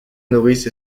nourrice